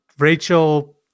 Rachel